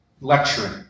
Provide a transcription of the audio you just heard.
lecturing